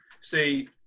See